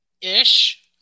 Ish